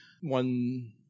One